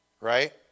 right